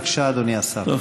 בבקשה, אדוני השר.